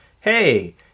hey